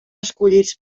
escollits